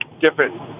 different